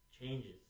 changes